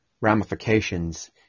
ramifications